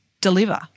deliver